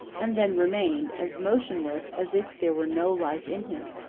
and then remained as motionless as if there were no life in him.